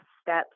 steps